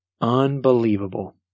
Unbelievable